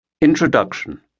introduction